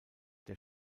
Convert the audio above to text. der